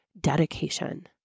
dedication